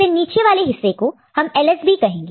सबसे नीचे वाले हिस्से को हम LSB कहेंगे